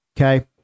Okay